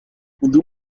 منذ